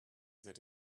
that